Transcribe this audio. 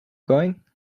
going